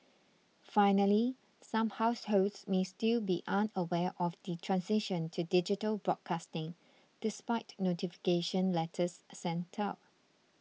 finally some households may still be unaware of the transition to digital broadcasting despite notification letters sent out